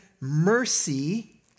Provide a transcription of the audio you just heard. mercy